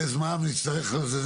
להכשיר בבתי הספר ולהשתמש בהם,